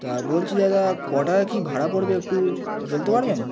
তা বলছি দাদা ক টাকা কি ভাড়া পড়বে একটু বলতে পারবেন